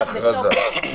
והכרזה.